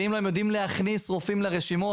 ואם לא הם יודעים להכניס רופאים לרשימות.